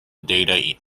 data